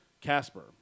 Casper